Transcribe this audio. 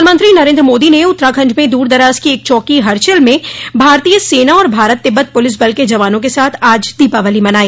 प्रधानमंत्री नरेन्द्र मोदी ने उत्तराखंड में दूर दराज की एक चौकी हरसिल में भारतीय सेना और भारत तिब्बत पुलिस बल के जवानों के साथ आज दीपावली मनाई